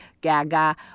gaga